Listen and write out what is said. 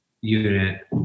unit